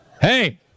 hey